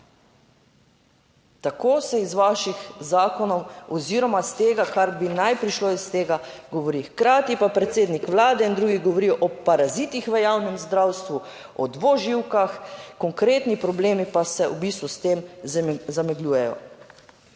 Tako se iz vaših zakonov oziroma iz tega, kar bi naj prišlo iz tega, govori. Hkrati pa predsednik vlade in drugi govorijo o parazitih v javnem zdravstvu, o dvoživkah, konkretni problemi pa se v bistvu s tem zamegljujejo.